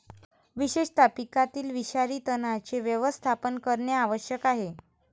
विशेषतः पिकातील विषारी तणांचे व्यवस्थापन करणे आवश्यक आहे